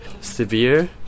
severe